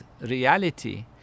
reality